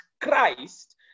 Christ